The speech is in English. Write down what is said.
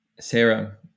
Sarah